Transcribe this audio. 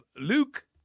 Luke